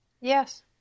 Yes